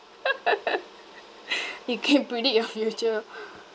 you can predict your future